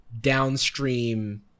downstream